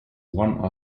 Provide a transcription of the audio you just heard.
one